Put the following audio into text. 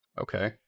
Okay